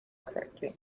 correctly